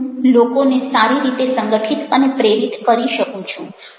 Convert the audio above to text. હું લોકોને સારી રીતે સંગઠિત અને પ્રેરિત કરી શકું છું